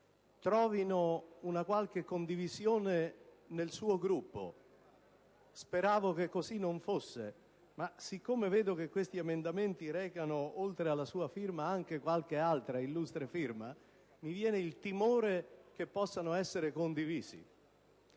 trovino una qualche condivisione nel suo Gruppo. Speravo che così non fosse, ma siccome vedo che questi emendamenti recano, oltre alla sua, anche qualche altra illustre firma, mi viene il timore che possano essere condivisi.